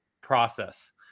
process